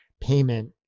payment